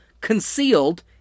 concealed